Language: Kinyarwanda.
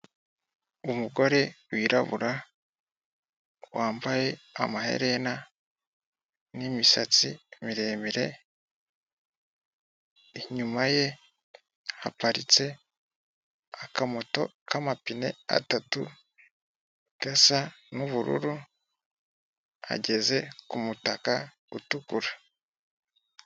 Umugore wirabura, wambaye amaherena n'imisatsi miremire, inyuma ye haparitse akamoto k'amapine atatu gasa n'ubururu, hageze umutaka utukura.